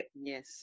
Yes